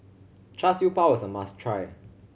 Char Siew Bao is a must try